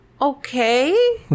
okay